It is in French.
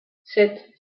sept